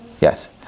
Yes